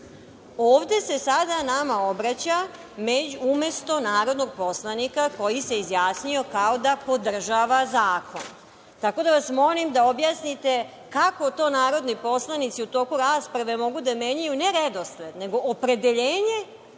se sada nama obraća umesto narodnog poslanika koji se izjasnio kao da podržava zakon. Molim vas da objasnite – kako to narodni poslanici u toku rasprave mogu da menjaju, ne redosled, nego opredeljenje